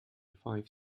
five